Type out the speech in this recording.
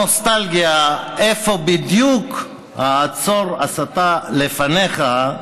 יש לי נוסטלגיה איפה בדיוק "עצור, הסתה לפניך"